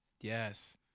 Yes